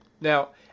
Now